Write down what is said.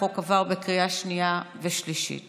החוק עבר בקריאה שנייה ושלישית